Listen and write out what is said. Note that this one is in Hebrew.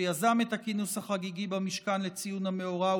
שיזם את הכינוס החגיגי במשכן לציון המאורע,